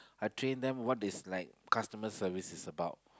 I train them what is like customers service is about